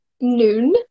noon